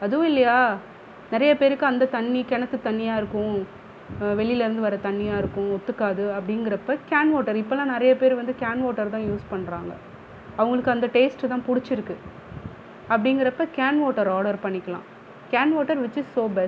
அதுவும் இல்லையா நிறைய பேருக்கு அந்த தண்ணி கிணத்து தண்ணியாக இருக்கும் வெளிலேருந்து வர தண்ணியாக இருக்கும் ஒத்துக்காது அப்படிங்கறப்ப கேன் வாட்டர் இப்போலாம் நிறைய பேர் வந்து கேன் வாட்டர் தான் யூஸ் பண்ணுறாங்க அவங்களுக்கு அந்த டேஸ்ட் தான் பிடிச்சிருக்கு அப்படிங்கிறப்ப கேன் வாட்டர் ஆடர் பண்ணிக்கலாம் can water which is so best